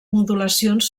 modulacions